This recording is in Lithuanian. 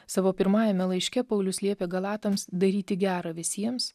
savo pirmajame laiške paulius liepė galatams daryti gera visiems